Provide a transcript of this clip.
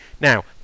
now